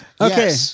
Okay